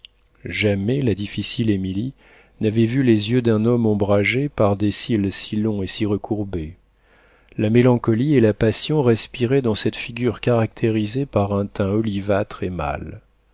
jamais la difficile émilie n'avait vu les yeux d'un homme ombragés par des cils si longs et si recourbés la mélancolie et la passion respiraient dans cette figure caractérisée par un teint olivâtre et